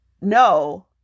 no